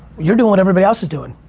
you're doing what everybody else is doing.